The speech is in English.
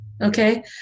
Okay